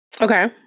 Okay